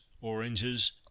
oranges